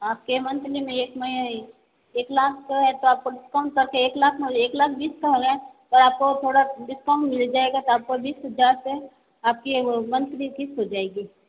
आप के मंथली में एक में एक लाख का आप को डिस्काउंट कर के एक लाख एक लाख बीस का हो गया तो आप को थोड़ा डिस्काउंट मिल जाएगा तो आप को बीस हज़ार रुपये आप की मंथली किस्त हो जाएगी